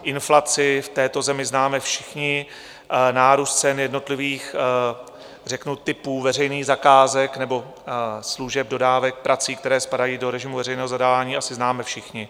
Inflaci v této zemi známe všichni, nárůst cen jednotlivých řeknu typů veřejných zakázek nebo služeb, dodávek prací, které spadají do režimu veřejného zadání, asi známe všichni.